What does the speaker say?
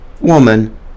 woman